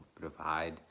provide